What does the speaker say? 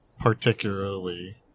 particularly